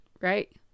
Right